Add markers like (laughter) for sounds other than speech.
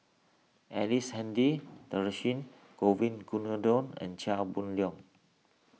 Ellice Handy (unintelligible) Govin Winodan and Chia Boon Leong